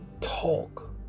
talk